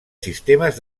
sistemes